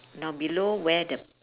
now below where the